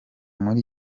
muri